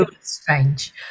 strange